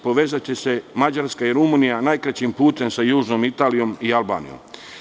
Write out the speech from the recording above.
Povezaće se Mađarska i Rumunija, a najkraćim putem sa južnom Italijom i Albanijom.